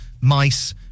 mice